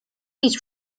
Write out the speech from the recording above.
idź